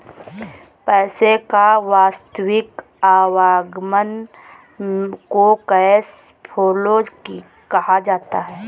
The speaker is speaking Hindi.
पैसे का वास्तविक आवागमन को कैश फ्लो कहा जाता है